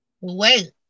Wait